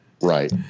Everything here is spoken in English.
right